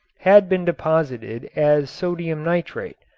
had been deposited as sodium nitrate,